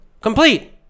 complete